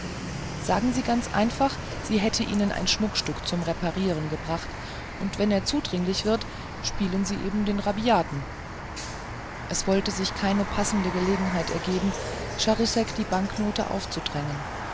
sagen sie ganz einfach sie hätte ihnen ein schmuckstück zu reparieren gebracht und wenn er zudringlich wird spielen sie eben den rabiaten es wollte sich keine passende gelegenheit ergeben charousek die banknote aufzudrängen